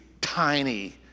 tiny